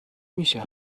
میشه